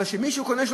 אבל כשמישהו קונה,